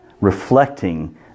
reflecting